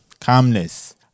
calmness